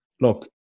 look